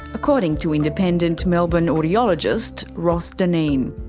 according to independent melbourne audiologist, ross dineen.